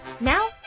Now